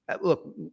look